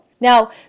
Now